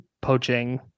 poaching